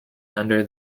under